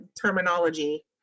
terminology